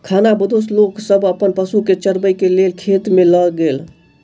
खानाबदोश लोक सब अपन पशु के चरबै के लेल खेत में लय गेल